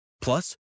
Plus